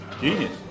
genius